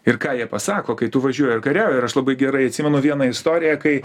ir ką jie pasako kai tu važiuoji kariauji ir aš labai gerai atsimenu vieną istoriją kai